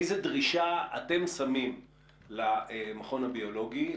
איזו דרישה אתם שמים למכון הביולוגי?